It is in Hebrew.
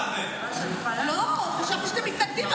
כנסת נכבדה, לא, חשבתי שאתם מתנגדים.